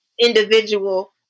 individual